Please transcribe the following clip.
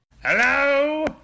Hello